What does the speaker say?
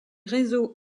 réseaux